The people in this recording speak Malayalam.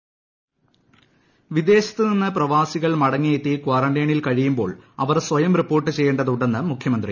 മുഖ്യമന്ത്രി പ്രവാസി വിദേശത്തു നിന്ന് പ്രവാസികൾ മടങ്ങിയെത്തി കാറന്റൈനിൽ കഴിയുമ്പോൾ അവർ സ്വയം റിപ്പോർട്ട് ചെയ്യേണ്ടതുണ്ടെന്ന് മുഖ്യമന്ത്രി